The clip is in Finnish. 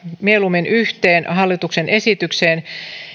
mieluummin yhteen hallituksen esitykseen